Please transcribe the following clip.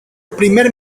primer